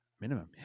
minimum